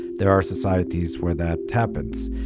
there are societies where that happens.